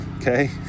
okay